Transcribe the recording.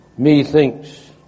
Methinks